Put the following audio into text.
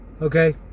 Okay